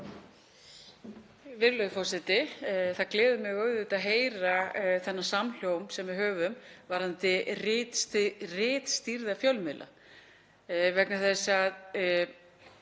Virðulegur forseti. Það gleður mig auðvitað að heyra þennan samhljóm sem við höfum varðandi ritstýrða fjölmiðla. Það